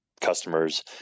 customers